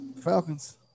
Falcons